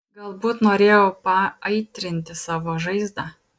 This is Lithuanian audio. galbūt norėjau paaitrinti savo žaizdą